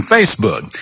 Facebook